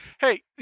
Hey